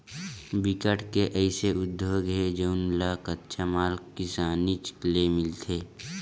बिकट के अइसे उद्योग हे जउन ल कच्चा माल किसानीच ले मिलथे